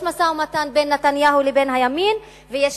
יש משא-ומתן בין נתניהו לבין הימין ויש